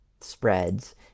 spreads